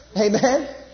Amen